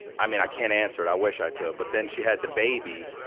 i mean, i can't answer it. i wish i could. but then she had the baby,